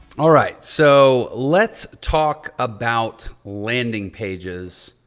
all right. so let's talk about landing pages.